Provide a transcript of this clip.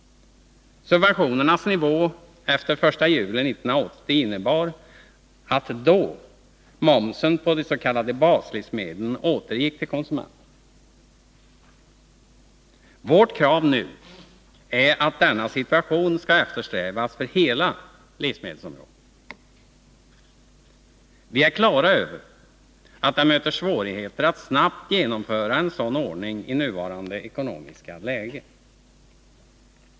Subventionernas nivå efter den 1 juli 1980 innebar att momsen på de s.k. baslivsmedlen då återgick till konsumenterna. Vårt krav nu är att denna situation skall eftersträvas för hela livsmedelsområdet. Vi är på det klara med att det möter svårigheter att snabbt genomföra en sådan ordning i nuvarande ekonomiska läge.